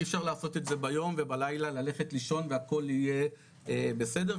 אי אפשר לעשות את זה ביום ובלילה ללכת לישון והכול יהיה בסדר.